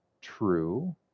true